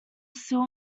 sill